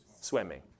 swimming